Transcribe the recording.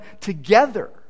together